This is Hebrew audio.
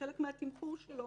כחלק מהתמחור שלו